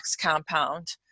compound